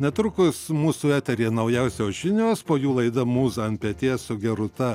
netrukus mūsų eteryje naujausios žinios po jų laida mūza ant peties su gerūta